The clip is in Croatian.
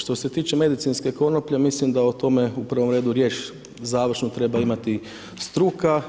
Što se tiče medicinske konoplje, mislim da o tome u prvom redu riječ završnu treba imati struka.